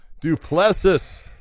Duplessis